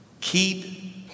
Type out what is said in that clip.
Keep